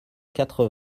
quatre